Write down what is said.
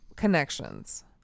Connections